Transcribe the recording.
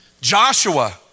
Joshua